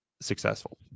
successful